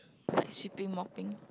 like sweeping mopping